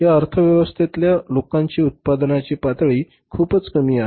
या अर्थव्यवस्थेतल्या लोकांची उत्पन्नाची पातळी खूपच कमी आहे